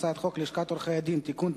הצעת חוק לשכת עורכי הדין (תיקון,